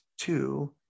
two